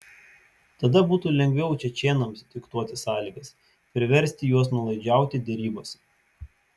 tada būtų lengviau čečėnams diktuoti sąlygas priversti juos nuolaidžiauti derybose